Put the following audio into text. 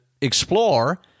explore